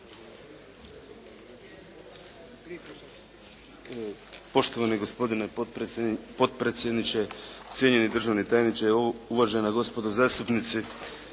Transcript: Poštovani gospodine potpredsjedniče, cijenjeni državni tajniče, uvažena gospodo zastupnici.